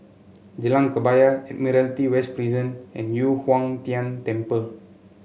Jalan Kebaya Admiralty West Prison and Yu Huang Tian Temple